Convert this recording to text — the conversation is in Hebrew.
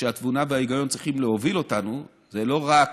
שהתבונה וההיגיון צריכים להוביל אותנו אליו זה לא רק